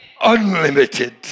unlimited